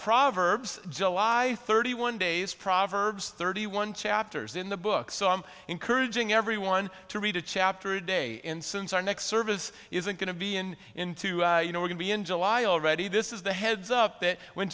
proverbs july thirty one days proverbs thirty one chapters in the book so i'm encouraging everyone to read a chapter a day and since our next service isn't going to be in in two you know we're going to be in july already this is the heads up that when